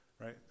right